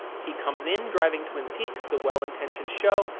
he comes in driving twin peaks, the well-intentioned show,